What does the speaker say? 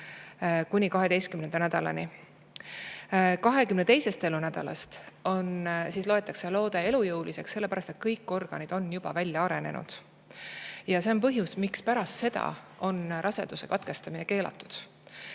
kuni 12. nädalani. 22. elunädalast loetakse loode elujõuliseks, sellepärast et kõik organid on juba välja arenenud. Ja see on põhjus, miks pärast seda on raseduse katkestamine keelatud.